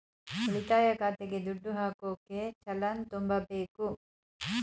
ಉಳಿತಾಯ ಖಾತೆಗೆ ದುಡ್ಡು ಹಾಕೋಕೆ ಚಲನ್ ತುಂಬಬೇಕು